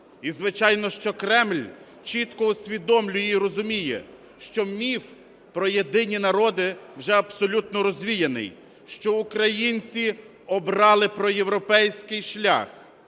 І, звичайно, що Кремль чітко усвідомлює і розуміє, що міф про єдині народи вже абсолютно розвіяний, що українці обрали проєвропейський шлях.